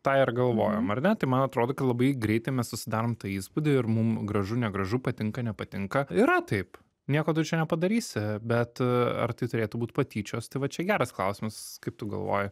tą ir galvojam ar ne tai man atrodo kad labai greitai mes susidarom įspūdį ir mums gražu negražu patinka nepatinka yra taip nieko tu čia nepadarysi bet ar tai turėtų būt patyčios tai va čia geras klausimas kaip tu galvoji